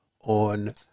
on